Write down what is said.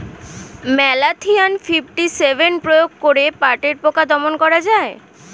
Malathion fifty seven প্রয়োগ করে পাটের পোকা দমন করা যায়?